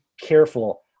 Careful